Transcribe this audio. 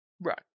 Right